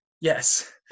Yes